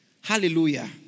Hallelujah